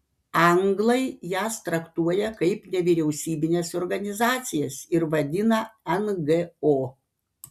anglai jas traktuoja kaip nevyriausybines organizacijas ir vadina ngo